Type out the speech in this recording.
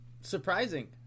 surprising